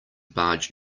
barge